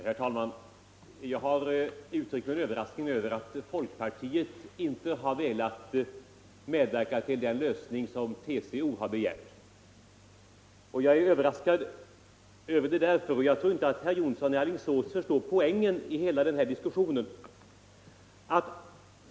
Herr talman! Jag har uttryckt min överraskning över att folkpartiet inte velat medverka till den lösning som TCO begärt. Jag tror inte att herr Jonsson i Alingsås förstår poängen i den här diskussionen.